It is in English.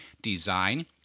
Design